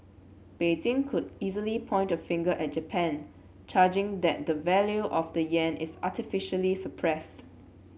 Beijing could easily point a finger at Japan charging that the value of the yen is artificially suppressed